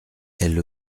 elle